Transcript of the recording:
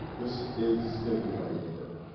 this is going to be my neighbor.